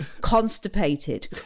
constipated